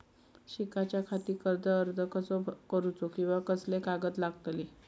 शिकाच्याखाती कर्ज अर्ज कसो करुचो कीवा कसले कागद लागतले?